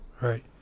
right